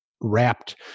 wrapped